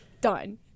Done